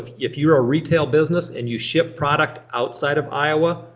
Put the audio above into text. if you're a retail business and you ship product outside of iowa,